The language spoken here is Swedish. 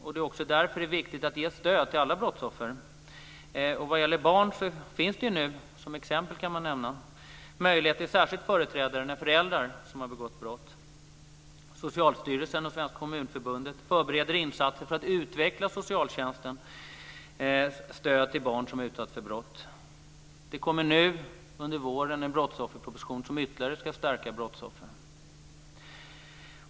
Det är viktigt att ge stöd till alla brottsoffer. Vad gäller barn så finns det nu, som ett exempel man kan nämna, möjlighet till särskild företrädare när föräldrar har begått brott. Socialstyrelsen och Svenska kommunförbundet förbereder insatser för att utveckla socialtjänstens stöd till barn som har utsatts för brott. Det kommer nu under våren en brottsofferproposition som ytterligare ska stärka brottsoffren.